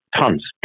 Tons